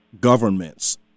governments